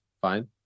Fine